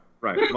right